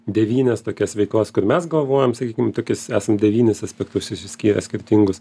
devynias tokias veiklas kur mes galvojam sakykim tokius esam devynis aspektus išsiskyrę skirtingus